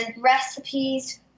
recipes